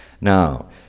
Now